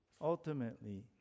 ultimately